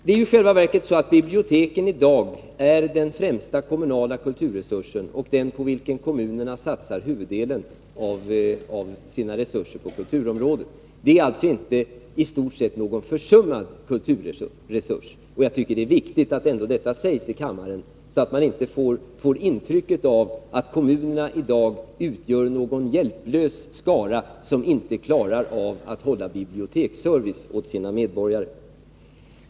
Det är ju i själva verket så att biblioteken i dag är den främsta kommunala kulturresursen och den på vilken kommunerna satsar huvuddelen av sina resurser på kulturområdet. Det är alltså i stort sett inte någon försummad kulturresurs. Jag tycker det är viktigt att detta ändå sägs i kammaren, så att man inte får intrycket att kommunerna i dag utgör någon hjälplös skara, som inte klarar av att hålla biblioteksservice åt sina medborgare.